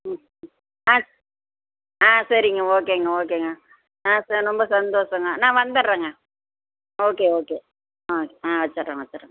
ம் ம் ஆ ஆ சரிங்க ஓகேங்க ஓகேங்க ஆ சேரி ரொம்ப சந்தோசங்க நான் வந்தட்றேங்க ஓகே ஓகே ஆ ஆ வச்சுர்றேன் வச்சுர்றேங்க